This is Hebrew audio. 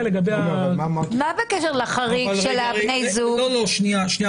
לאחר מכן